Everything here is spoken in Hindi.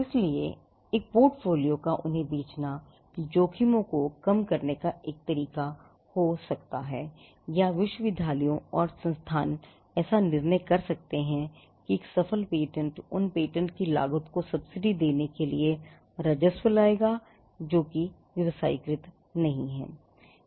इसलिए एक पोर्टफोलियो का उन्हें बेचना जोखिमों को कम करने का एक तरीका हो सकता है या विश्वविद्यालयों और संस्थानों निर्णय कर सकते हैं कि एक सफल पेटेंट उन पेटेंट की लागत को सब्सिडी देने के लिए राजस्व लाएगा जो कि व्यावसायीकृत नहीं हैं